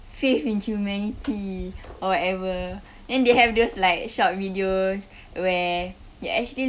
faith in humanity or whatever and they have those like short videos where they actually